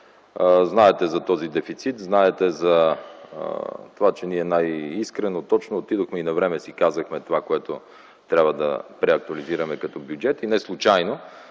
Знаете за този дефицит, знаете за това, че ние най-искрено и точно отидохме и навреме си казахме това, което трябва да преактуализираме като бюджет. Неслучайно,